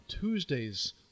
Tuesdays